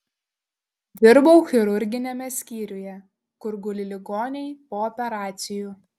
dirbau chirurginiame skyriuje kur guli ligoniai po operacijų